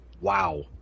Wow